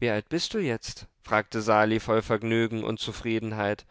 wie alt bist du jetzt fragte sali voll vergnügen und zufriedenheit